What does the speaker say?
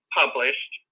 published